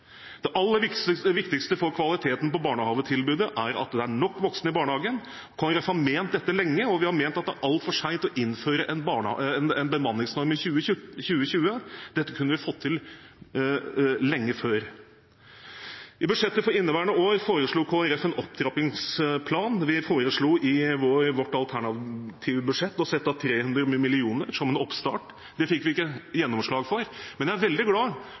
det er for få voksne. Det aller viktigste for kvaliteten på barnehagetilbudet er at det er nok voksne i barnehagen. Kristelig Folkeparti har ment dette lenge, og vi har ment at det er altfor sent å innføre en bemanningsnorm i 2020. Dette kunne vi ha fått til lenge før. I budsjettet for inneværende år foreslo Kristelig Folkeparti en opptrappingsplan. Vi foreslo i vårt alternative budsjett å sette av 300 mill. kr som en oppstart. Det fikk vi ikke gjennomslag for, men jeg er veldig glad